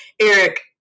Eric